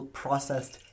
processed